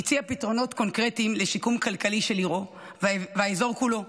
הציע פתרונות קונקרטיים לשיקום כלכלי של עירו והאזור כולו,